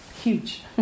huge